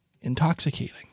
intoxicating